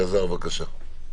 אלעזר, בבקשה.